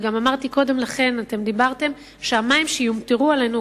וגם אמרתי קודם לכן שהמים שיומטרו עלינו,